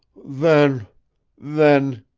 then then,